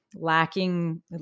lacking